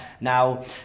now